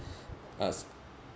uh